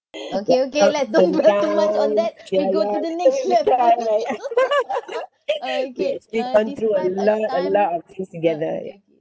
okay okay let's don't do that too much on that we go to the next step okay uh describe a time ya okay okay